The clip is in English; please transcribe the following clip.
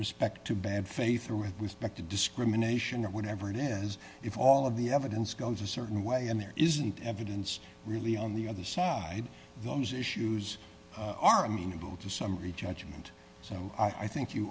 respect to bad faith or with respect to discrimination or whatever it is if all of the evidence goes a certain way and there isn't evidence really on the other side those issues are amenable to summary judgment so i think you